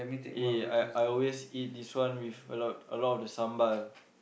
eh I I always eat this one with a lot a lot of the sambal